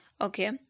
Okay